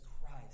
Christ